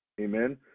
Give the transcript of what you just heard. Amen